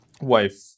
wife